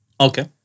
Okay